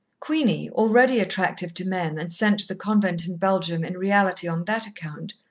queenie, already attractive to men, and sent to the convent in belgium in reality on that account,